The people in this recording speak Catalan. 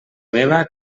meva